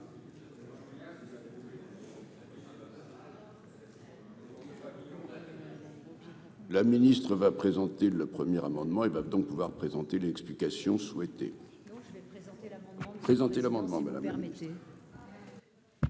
La ministre va présenter le 1er amendement, il va donc pouvoir présenter l'explication souhaité présenter l'amendement de la mer,